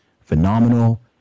phenomenal